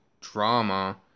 drama